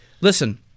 listen